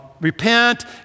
repent